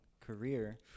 career